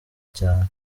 cyane